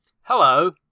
Hello